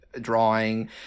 drawing